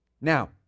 Now